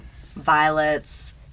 violets